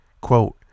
Quote